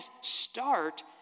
start